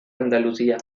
andalucía